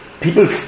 People